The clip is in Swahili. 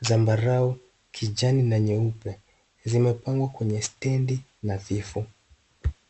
zambarau , kijani na nyeupe zimepangwa kwenye stendi nadhifu